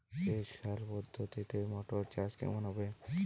সেচ খাল পদ্ধতিতে মটর চাষ কেমন হবে?